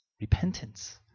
Repentance